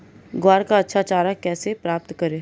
ग्वार का अच्छा चारा कैसे प्राप्त करें?